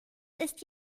ist